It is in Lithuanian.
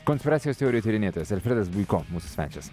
konspiracijos teorijų tyrinėtojas alfredas buiko mūsų svečias